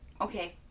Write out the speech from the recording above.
Okay